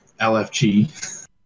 LFG